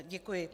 Děkuji.